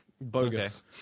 Bogus